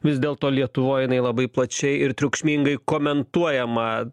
vis dėlto lietuvoj jinai labai plačiai ir triukšmingai komentuojama